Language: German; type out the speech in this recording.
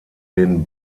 den